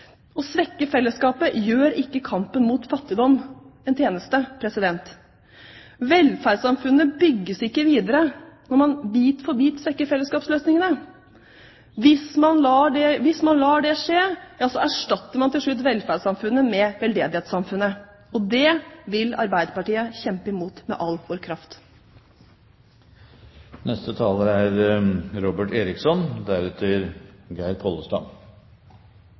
å svekke fellesskapet gjør ikke kampen mot fattigdom en tjeneste. Velferdssamfunnet bygges ikke videre når man bit for bit svekker fellesskapsløsningene. Hvis man lar det skje, erstatter man til slutt velferdssamfunnet med veldedighetssamfunnet. Det vil vi i Arbeiderpartiet kjempe mot med all vår kraft. Jeg tror nok det er